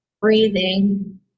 breathing